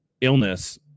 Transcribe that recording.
illness –